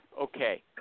okay